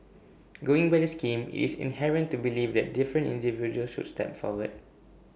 going by the scheme IT is inherent to believe that different individuals should step forward